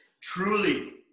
truly